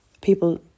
people